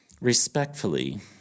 Respectfully